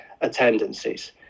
attendances